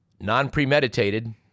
non-premeditated